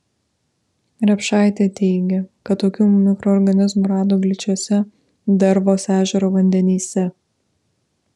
riepšaitė teigia kad tokių mikroorganizmų rado gličiuose dervos ežero vandenyse